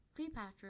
Cleopatra